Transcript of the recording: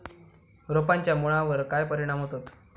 रोपांच्या मुळावर काय परिणाम होतत?